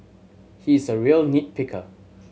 he is a real nit picker